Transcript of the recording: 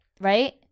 right